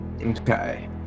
okay